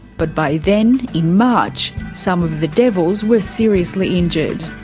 but by then, in march, some of the devils were seriously injured.